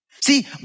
See